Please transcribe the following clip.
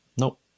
Nope